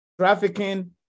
trafficking